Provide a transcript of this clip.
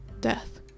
death